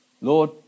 Lord